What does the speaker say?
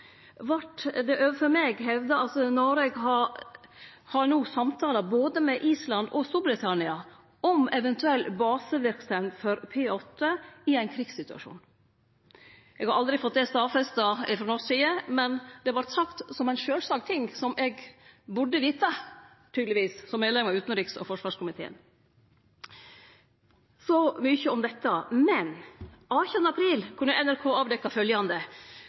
vart det overfor meg hevda at Noreg no har samtalar med både Island og Storbritannia om eventuell baseverksemd for P-8 i ein krigssituasjon. Eg har aldri fått det stadfesta frå norsk side, men det vart sagt som ein sjølvsagd ting, som eg tydelegvis burde vite som medlem av utanriks- og forsvarskomiteen. Så mykje om det. Men den 18. april kunne NRK